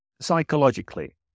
psychologically